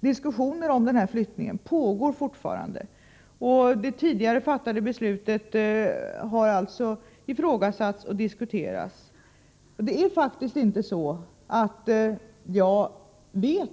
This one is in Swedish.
Diskussioner om flyttningen pågår fortfarande, och det tidigare fattade beslutet har ifrågasatts. Men det är faktiskt inte så att jag vet